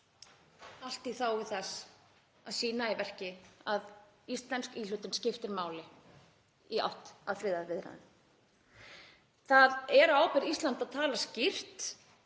allt í þágu þess að sýna í verki að íslensk íhlutun skiptir máli í átt að friðarviðræðum. Það er á ábyrgð Íslands að tala skýrt.